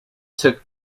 took